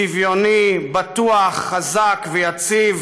שוויוני, בטוח, חזק ויציב.